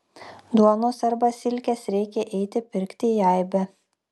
duonos arba silkės reikia eiti pirkti į aibę